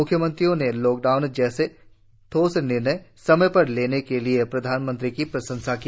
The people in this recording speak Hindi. म्ख्यमंत्रियों ने लॉकडाउन जैसा ठोस निर्णय समय पर लेने के लिए भी प्रधानमंत्री की प्रशंसा की